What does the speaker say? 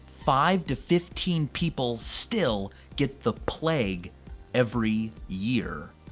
five to fifteen people still get the plague every year.